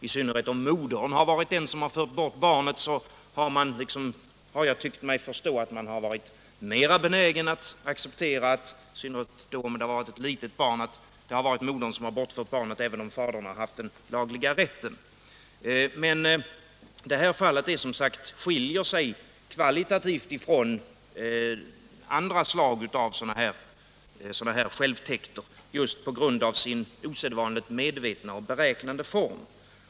I synnerhet om det varit modern som fört bort barnet och om det gällt ett litet barn tycker jag mig förstå, att man varit mera benägen att acceptera förfarandet, även om fadern har haft den lagliga rätten. Men detta fall skiljer sig som sagt kvalitativt från andra slag av sådana här självtäkter just genom sin osedvanligt medvetna och beräknande form.